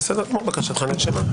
בסדר גמור, בקשתך נרשמה.